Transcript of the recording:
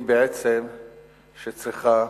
היא בעצם שצריכה